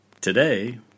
Today